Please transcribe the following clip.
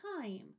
time